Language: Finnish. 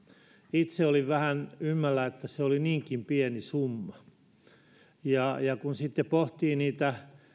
itse olin vähän ymmälläni että se oli niinkin pieni summa kun sitten pohtii niitä